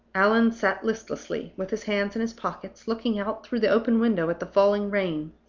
allan sat listlessly, with his hands in his pockets, looking out through the open window at the falling rain.